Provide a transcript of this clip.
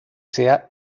sea